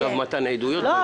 שלב מתן עדויות.